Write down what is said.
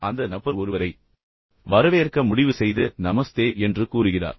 எனவே அந்த நபர் ஒருவரை வரவேற்க முடிவு செய்து நமஸ்தே என்று கூறுகிறார்